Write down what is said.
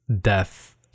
death